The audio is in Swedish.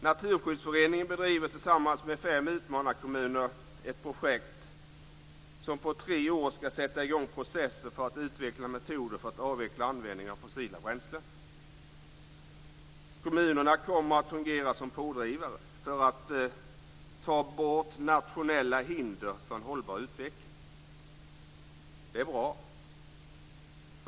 Naturskyddsföreningen bedriver tillsammans med fem utmanarkommuner ett projekt som på tre år ska sätta i gång processer för att utveckla metoder för att avveckla användningen av fossila bränslen. Kommunerna kommer att fungera som pådrivare för att ta bort nationella hinder för en hållbar utveckling. Det är bra.